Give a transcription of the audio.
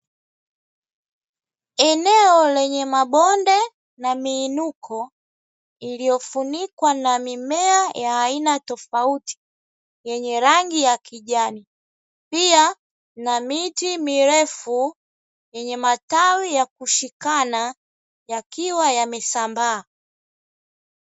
Eneo lenye mabonde na miinuko iliyofunikwa na mimea ya aina tofauti, yenye rangi ya kijani pia na miti mirefu yenye matawi ya kushikana yakiwa yamesambaa.